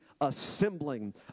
assembling